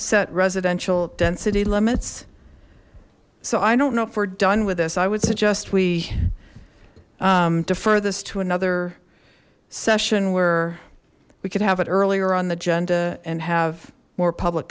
set residential density limits so i don't know if we're done with this i would suggest we defer this to another session where we could have it earlier on the agenda and have more public